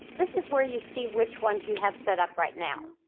this is where you see which ones you have set up right now.